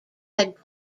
had